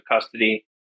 custody